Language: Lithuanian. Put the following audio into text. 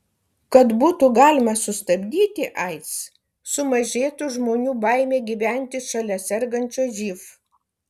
kad būtų galima sustabdyti aids sumažėtų žmonių baimė gyventi šalia sergančio živ